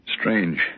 Strange